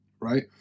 right